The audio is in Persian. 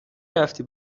رفتی